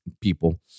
people